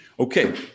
Okay